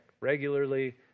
regularly